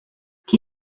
qui